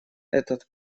этот